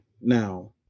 now